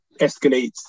escalates